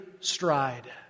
stride